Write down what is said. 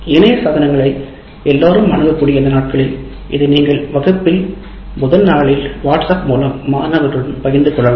இணைய சாதனங்களில் எல்லோரும் அணுகக்கூடிய இந்த நாட்களில் இதை நீங்கள் வகுப்பின் முதல் நாளில் வாட்ஸ்அப் மூலம் மாணவர்களுடன் பகிர்ந்து கொள்ளலாம்